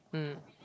mm